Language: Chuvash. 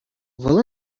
вӑл